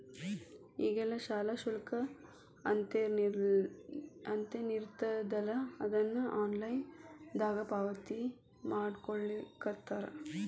ಈಗೆಲ್ಲಾ ಶಾಲಾ ಶುಲ್ಕ ಅಂತೇನಿರ್ತದಲಾ ಅದನ್ನ ಆನ್ಲೈನ್ ದಾಗ ಪಾವತಿಮಾಡ್ಕೊಳ್ಳಿಖತ್ತಾರ